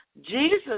Jesus